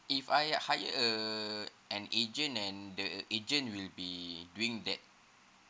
if I hire uh an agent and the agent will be doing that